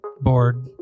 Bored